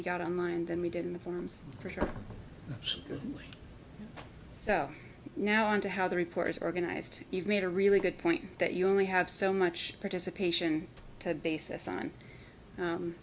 you got online than we did in the forms for sure so now on to how the report is organized you've made a really good point that you only have so much participation to basis on